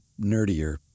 nerdier